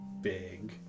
big